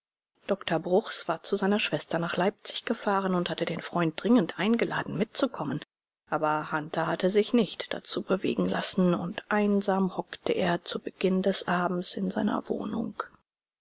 dr bruchs war zu seiner schwester nach leipzig gefahren und hatte den freund dringend eingeladen mitzukommen aber hunter hatte sich nicht dazu bewegen lassen und einsam hockte er zu beginn des abends in seiner wohnung